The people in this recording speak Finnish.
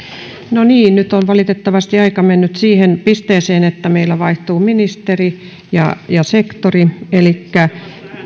no niin nyt on valitettavasti aika mennyt siihen pisteeseen että meillä vaihtuu ministeri ja ja sektori elikkä